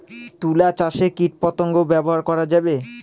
তুলা চাষে কীটপতঙ্গ ব্যবহার করা যাবে?